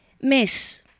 miss